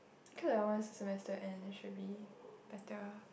okay lah once the semester end it should be better